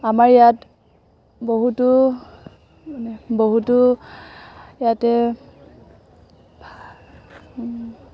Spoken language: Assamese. আমাৰ ইয়াত বহুতো বহুতো ইয়াতে